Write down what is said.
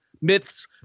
myths